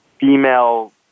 female